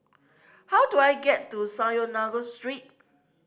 how do I get to Synagogue Street